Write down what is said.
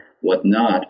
whatnot